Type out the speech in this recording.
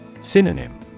Synonym